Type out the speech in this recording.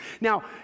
Now